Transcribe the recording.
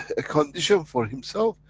a condition for himself,